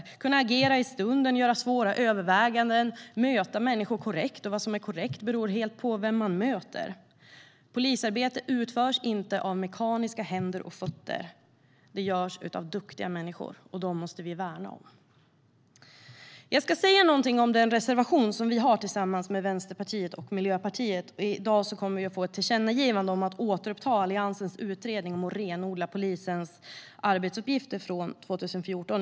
Man ska kunna agera i stunden, göra svåra överväganden, bemöta människor korrekt, och vad som är korrekt beror helt på vem man möter. Polisarbete utförs inte av mekaniska händer och fötter utan av duktiga människor, och dem måste vi värna om. Jag ska säga något om den reservation som vi har tillsammans med Vänsterpartiet och Miljöpartiet. I dag kommer vi att få ett tillkännagivande om att återuppta Alliansens utredning om att renodla polisens arbetsuppgifter från 2014.